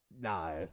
No